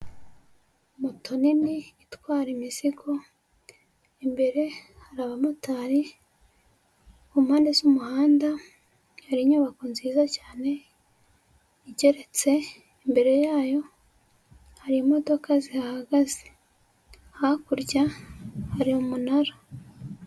Moto nini itwara imizigo, imbere hari abamotari, ku mpande z'umuhanda hari inyubako nziza cyane igeretse, imbere yayo hari imodoka zihahagaze, hakurya hari umunara.